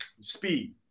Speed